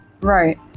Right